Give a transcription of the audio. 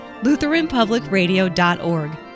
LutheranPublicRadio.org